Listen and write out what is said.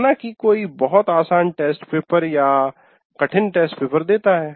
माना की कोई बहुत आसान टेस्ट पेपर या कठिन टेस्ट पेपर देता है